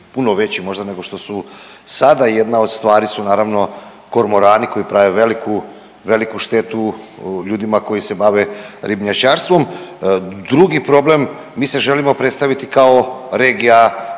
puno veći možda nego što su sada, jedna od stvari su naravno kormorani koji prave veliku, veliku štetu ljudima koji se bave ribnjačarstvom. Drugi problem mi se želimo predstaviti kao regija